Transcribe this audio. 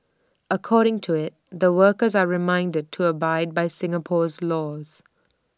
according to IT the workers are reminded to abide by Singapore's laws